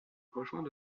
rejoint